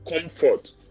comfort